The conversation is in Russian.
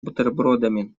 бутербродами